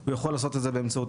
הוא יכול לעשות את זה באמצעות